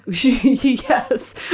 yes